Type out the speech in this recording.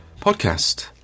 podcast